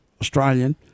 Australian